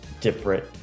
different